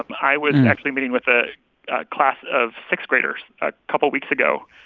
um i was actually meeting with a class of sixth-graders a couple weeks ago.